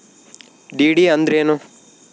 DD ಅಂದ್ರೇನು?